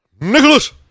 Nicholas